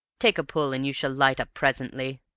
take a pull, and you shall light up presently.